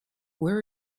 where